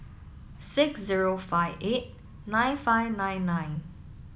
six zero five eight nine five nine nine